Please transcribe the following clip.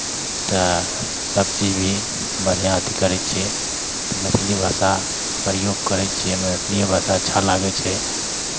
तऽ सभचीज भी बढ़िआँ अथी करै छियै तऽ मैथिली भाषा प्रयोग करै छियै मैथिलिए भाषा अच्छा लागै छै